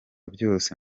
byose